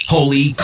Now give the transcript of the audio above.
Holy